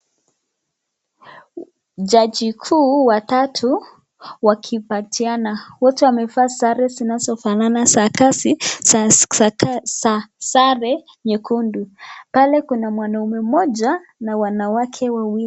Jaji kuu watatu wakimpatiana, wote wamevaa sare zinazofanana za kazi sare nyekundu, pale kuna manaume moja na wanawake wawili.